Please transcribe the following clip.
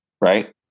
right